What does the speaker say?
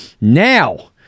Now